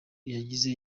yagize